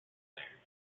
there